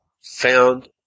found